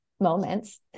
moments